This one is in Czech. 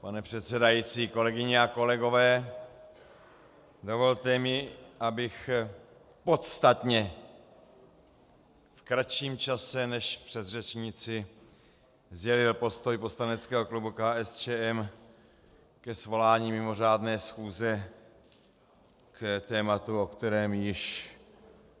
Pane předsedající, kolegyně a kolegové, dovolte mi, abych v podstatně kratším čase než předřečníci sdělil postoj poslaneckého klubu KSČM ke svolání mimořádné schůze k tématu, o kterém již